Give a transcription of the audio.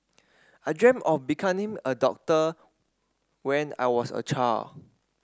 I dreamt of becoming a doctor when I was a child